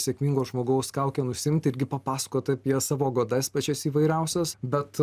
sėkmingo žmogaus kaukę nusiimti irgi papasakot apie savo godas pačias įvairiausias bet